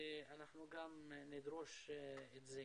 אנחנו גם נדרוש את זה.